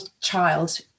child